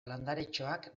landaretxoak